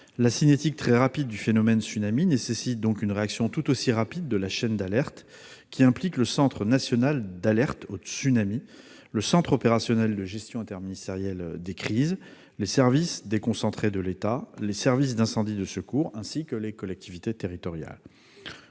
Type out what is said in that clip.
La cinétique très rapide du phénomène tsunami nécessite une réaction tout aussi rapide de la chaîne d'alerte, impliquant le Centre d'alerte aux tsunamis, le Centre opérationnel de gestion interministérielle des crises, les services déconcentrés de l'État, les services d'incendie et de secours, ainsi que les collectivités territoriales.